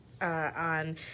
On